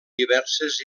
diverses